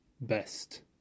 best